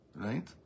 right